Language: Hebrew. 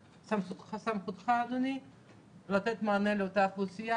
סמכותך לתת מענה לאותה אוכלוסייה?